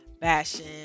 fashion